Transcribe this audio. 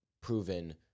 proven